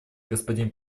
господин